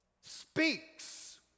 speaks